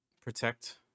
Protect